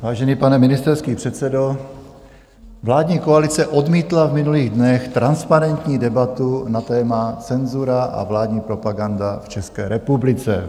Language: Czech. Vážený pane ministerský předsedo, vládní koalice odmítla v minulých dnech transparentní debatu na téma cenzura a vládní propaganda v České republice.